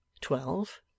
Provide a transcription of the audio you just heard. Twelve